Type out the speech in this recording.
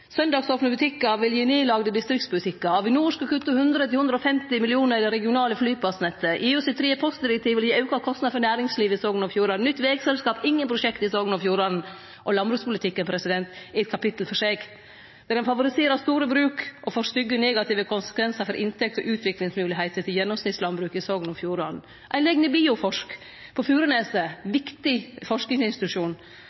Søndagsopne butikkar vil gi nedlagde distriktsbutikkar. Avinor skal kutte 100 mill. kr – 150 mill. kr i det regionale flyplassnettet. EUs tredje postdirektiv vil gi auka kostnader for næringslivet i Sogn Fjordane. Nytt vegselskap – ingen prosjekt i Sogn og Fjordane. Landbrukspolitikken er eit kapittel for seg. Den vil favorisere store bruk, og det får stygge negative konsekvensar for inntekt og utviklingsmoglegheiter til gjennomsnittslandbruket i Sogn og Fjordane. Ein legg ned Bioforsk på Fureneset